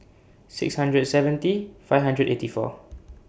six hundred and seventy five hundred and eighty four